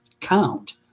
count